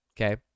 okay